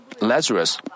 Lazarus